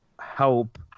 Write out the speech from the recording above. help